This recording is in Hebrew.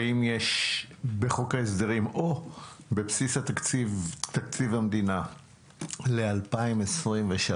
האם בחוק ההסדרים או בבסיס תקציב המדינה ל-2023 יש